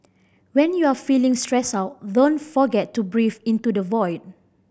when you are feeling stressed out don't forget to breathe into the void